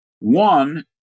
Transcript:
One